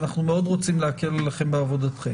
ואנחנו מאוד רוצים להקל עליכם בעבודתכם,